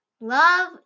Love